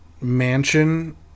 mansion